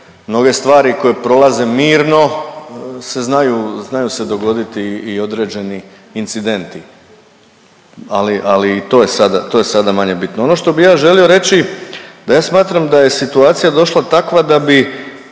mnoge stvari koje prolaze mirno se znaju, znaju se dogoditi i određeni incidenti, ali, ali i to je sada, to je sada manje bitno. Ono što bi ja želio reći da ja smatram da je situacija došla takva da bi